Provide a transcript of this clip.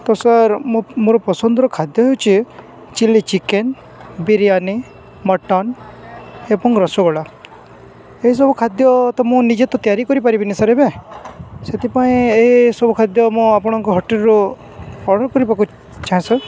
ତ ସାର୍ ମୋ ମୋର ପସନ୍ଦର ଖାଦ୍ୟ ହେଉଛି ଚିଲ୍ଲି ଚିକେନ୍ ବିରିୟାନୀ ମଟନ୍ ଏବଂ ରସଗୋଲା ଏସବୁ ଖାଦ୍ୟ ତ ମୁଁ ନିଜେ ତ ତିଆରି କରିପାରିବିନି ସାର୍ ଏବେ ସେଥିପାଇଁ ଏ ଏସବୁ ଖାଦ୍ୟ ମୁଁ ଆପଣଙ୍କ ହୋଟେଲ୍ରୁ ଅର୍ଡ଼ର୍ କରିବାକୁ ଚାହେଁ ସାର୍